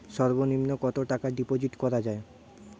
সর্ব নিম্ন কতটাকা ডিপোজিট করা য়ায়?